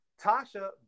Tasha